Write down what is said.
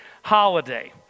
holiday